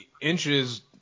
inches